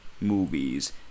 movies